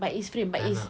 but it's frame but is